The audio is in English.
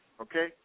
okay